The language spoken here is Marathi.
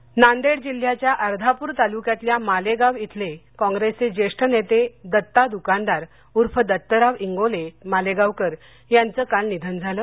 निधन नांदेड जिल्ह्याच्या अर्धापुर तालूक्यातल्या मालेगाव इथले काँग्रेसचे जेष्ठ नेते दत्ता दुकानदार ऊर्फ दत्तराव इंगोले मालेगावकर यांचं काल निधन झालं